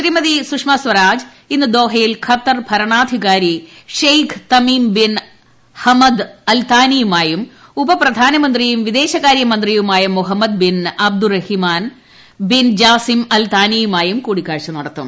ശ്രീമതി സുഷമസ്വരാജ് ഇന്ന് ദോഹയിൽട്ട് ഖത്തർ ഭരണാധികാരി ഷെയ്ഖ് തമീം ബിൻ ഹമദ് അൽട്ട്ടാനി്യുമായും ഉപപ്രധാനമന്ത്രിയും വിദേശകാരൃ മന്ത്രിയുമായി Mohammed bin Abdulrahman bin Jassim Al താനിയ്ക്മാ്യും കൂടിക്കാഴ്ച നടത്തും